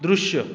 दृश्य